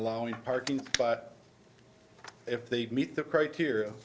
allowing parking but if they meet the criteria